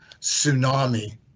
tsunami